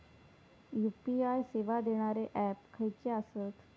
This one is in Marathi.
यू.पी.आय सेवा देणारे ऍप खयचे आसत?